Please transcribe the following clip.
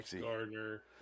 Gardner